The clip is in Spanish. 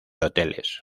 hoteles